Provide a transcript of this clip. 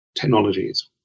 technologies